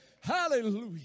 Hallelujah